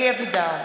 אלי אבידר,